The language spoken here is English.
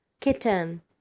kitten